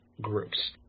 groups